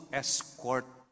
escort